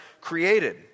created